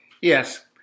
Yes